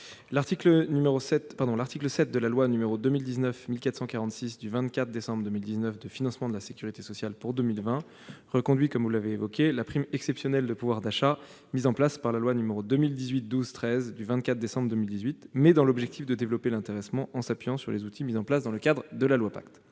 l'article 7 de la loi n° 2019-1446 du 24 décembre 2019 de financement de la sécurité sociale pour 2020 reconduit la prime exceptionnelle de pouvoir d'achat mise en place par la loi n° 2018-1213 du 24 décembre 2018, mais dans l'objectif de développer l'intéressement, en s'appuyant sur les outils mis en place dans le cadre de la loi Pacte.